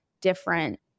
different